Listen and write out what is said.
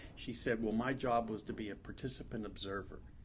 she said, well, my job was to be a participant observer.